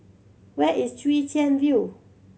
where is Chwee Chian View